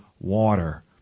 water